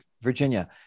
Virginia